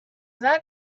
that